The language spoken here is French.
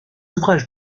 ouvrages